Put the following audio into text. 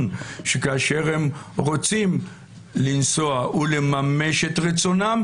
שכאשר הם רוצים לנסוע ולממש את רצונם,